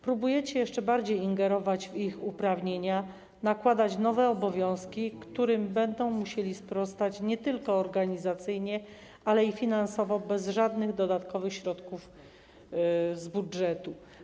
Próbujecie jeszcze bardziej ingerować w ich uprawnienia, nakładać nowe obowiązki, którym będą musieli sprostać nie tylko organizacyjnie, lecz także finansowo, a nie przyznajecie im żadnych dodatkowych środków z budżetu.